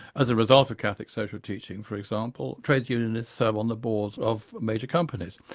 as a result of catholic social teaching for example, trades unionists serve on the boards of major companies.